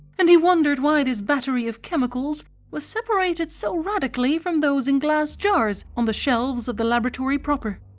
and he wondered why this battery of chemicals was separated so radically from those in glass jars on the shelves of the laboratory proper.